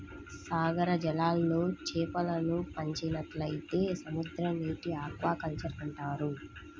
సాగర జలాల్లో చేపలను పెంచినట్లయితే సముద్రనీటి ఆక్వాకల్చర్ అంటారు